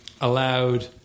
allowed